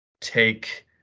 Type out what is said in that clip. take